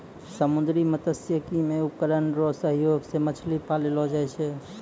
समुन्द्री मत्स्यिकी मे उपकरण रो सहयोग से मछली पाललो जाय छै